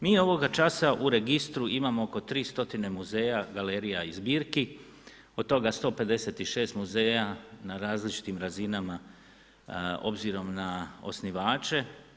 Mi ovoga časa u registru imamo oko 300 muzeja, galerija i zbirku, od toga 156 muzeja na različitim razinama obzirom na osnivače.